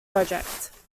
project